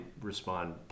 respond